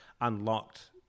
unlocked